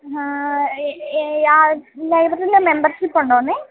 ലൈബ്രറിയിലെ membership ഉണ്ടോ